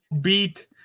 beat